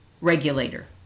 regulator